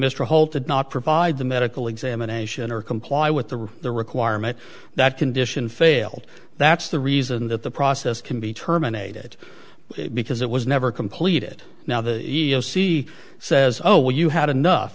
mr holt did not provide the medical examination or comply with the the requirement that condition failed that's the reason that the process can be terminated because it was never completed now the e e o c says oh well you had enough